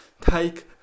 Take